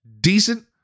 decent